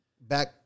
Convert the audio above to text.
back